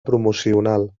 promocional